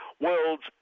World's